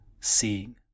seeing